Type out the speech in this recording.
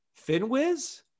FinWiz